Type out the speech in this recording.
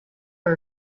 are